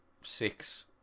six